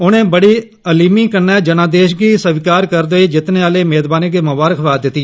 उनें बड़ी हलीमी कन्नै जनादेष गी स्वीकार करदे होई जित्तने आले मेदवारें गी ममारख दित्ती